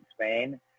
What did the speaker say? Spain